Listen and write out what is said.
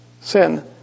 sin